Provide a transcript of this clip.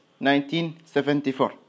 1974